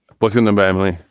what's the number? emily?